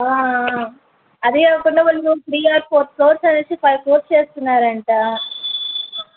అదీ కాకుండా వాళ్ళు త్రీ ఆర్ ఫోర్ ఫ్లోర్స్ అనేసి ఫైవ్ ఫ్లోర్స్ వేస్తున్నారంటా